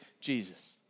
Jesus